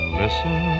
listen